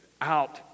out